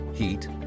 Heat